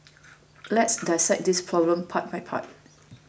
let's dissect this problem part by part